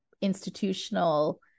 institutional